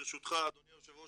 ברשותך אדוני היושב ראש,